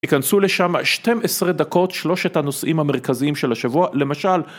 ייכנסו לשמה 12 דקות, שלושת הנושאים המרכזיים של השבוע, למשל...